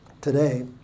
Today